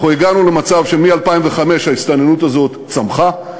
הגענו למצב שמ-2005 ההסתננות הזו צמחה,